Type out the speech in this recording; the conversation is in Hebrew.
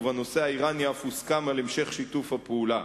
ובנושא האירני אף הוסכם על המשך שיתוף הפעולה.